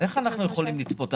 איך אנחנו יכולים לצפות?